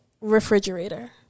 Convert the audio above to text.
refrigerator